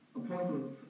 apostles